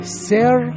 sir